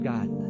God